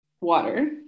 water